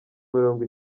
mirongo